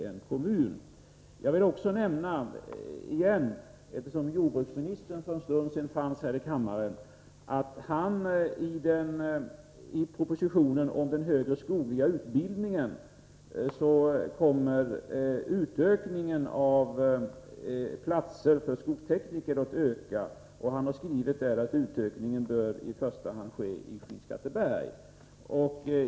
Eftersom jordbruksministern för en stund sedan fanns här i kammaren, vill jag också nämna att han i propositionen om den högre skogliga utbildningen föreslår att antalet platser för skogstekniker skall öka. Han har skrivit att utökningen i första hand bör ske i Skinnskatteberg.